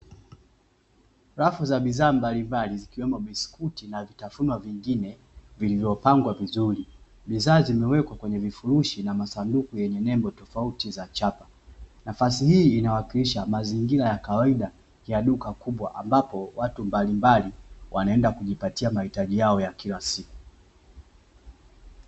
Rafu za bidhaa mbalimbali zikiwemo biskuti na vitafunwa vingine vilivyopangwa vizuri, bidhaa zimewekwa kwenye vifurushi na masanduku yenye nembo tofauti za chapa, nafasi hii inawakilisha mazingira ya kawaida ya duka kubwa ambapo watu mbalimbali wanaenda kujipatia mahitaji yao ya kilasiku.